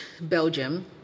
Belgium